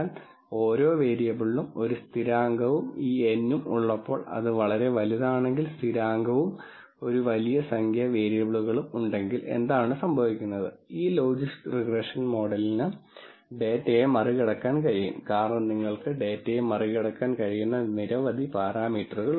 അതിനാൽ ഓരോ വേരിയബിളിനും 1 സ്ഥിരാങ്കവും ഈ n ഉം ഉള്ളപ്പോൾ ഇത് വളരെ വലുതാണെങ്കിൽ സ്ഥിരാങ്കവും ഒരു വലിയ സംഖ്യ വേരിയബിളുകളും ഉണ്ടെങ്കിൽ എന്താണ് സംഭവിക്കുന്നത് ഈ ലോജിസ്റ്റിക് റിഗ്രഷൻ മോഡലിന് ഡേറ്റയെ മറികടക്കാൻ കഴിയും കാരണം നിങ്ങൾക്ക് ഡാറ്റയെ മറികടക്കാൻ കഴിയുന്ന നിരവധി പാരാമീറ്ററുകൾ ഉണ്ട്